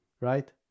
right